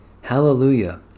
Hallelujah